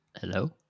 Hello